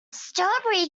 strawberry